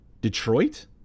detroit